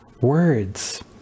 words